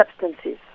substances